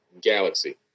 Galaxy